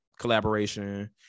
collaboration